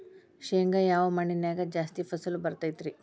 ಶೇಂಗಾ ಯಾವ ಮಣ್ಣಿನ್ಯಾಗ ಜಾಸ್ತಿ ಫಸಲು ಬರತೈತ್ರಿ?